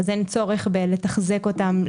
אפשר יהיה לבדוק מי נמצא כאן ומי נמצא שם,